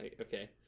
okay